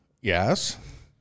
Yes